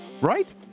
right